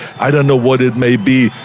i don't know what it may be.